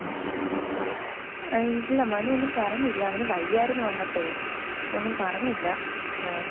ആ എഹ് ആ ഇല്ല മനു ഒന്നും പറഞ്ഞില്ല അവന് വയ്യായിരുന്നു വന്നപ്പോഴേ ഒന്നും പറഞ്ഞില്ല ആ